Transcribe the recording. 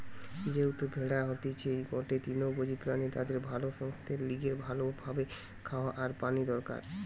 যেহেতু ভেড়া হতিছে গটে তৃণভোজী প্রাণী তাদের ভালো সাস্থের লিগে ভালো ভাবে খাওয়া আর পানি দরকার